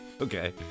Okay